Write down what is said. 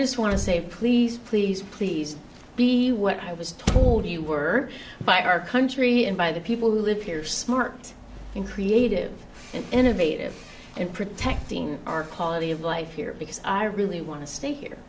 just want to say please please please be what i was told you were by our country and by the people who live here are smart and creative and innovative in protecting our quality of life here because i really want to stay here